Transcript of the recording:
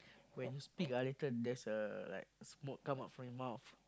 when you speak ah later there is a like smoke come out from your mouth